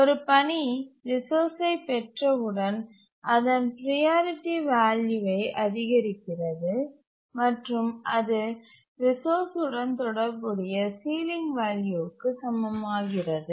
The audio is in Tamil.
ஒரு பணி ரிசோர்ஸ்ஐ பெற்றவுடன் அதன் ப்ரையாரிட்டி வால்யூவை அதிகரிக்கிறது மற்றும் அது ரிசோர்ஸ் உடன் தொடர்புடைய சீலிங் வேல்யூக்கு சமமாகிறது